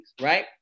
right